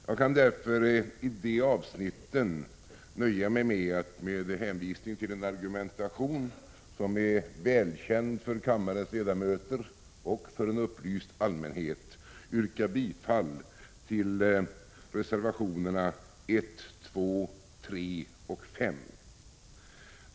I de avsnitten kan jag därför nöja mig med att, med hänvisning till den argumentation som är välkänd för kammarens ledamöter och för en upplyst allmänhet, yrka bifall till reservationerna 1, 2, 3 och 5.